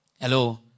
Hello